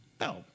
No